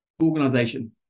organization